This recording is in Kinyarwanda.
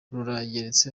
rurageretse